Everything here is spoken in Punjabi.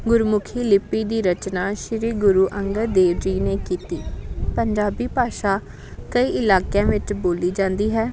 ਗੁਰਮੁਖੀ ਲਿਪੀ ਦੀ ਰਚਨਾ ਸ਼੍ਰੀ ਗੁਰੂ ਅੰਗਦ ਦੇਵ ਜੀ ਨੇ ਕੀਤੀ ਪੰਜਾਬੀ ਭਾਸ਼ਾ ਕਈ ਇਲਾਕਿਆਂ ਵਿੱਚ ਬੋਲੀ ਜਾਂਦੀ ਹੈ